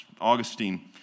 Augustine